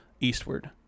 Eastward